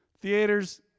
Theaters